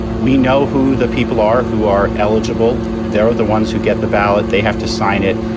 we know who the people are who are eligible. they are the ones who get the ballot. they have to sign it.